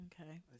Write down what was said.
okay